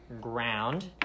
ground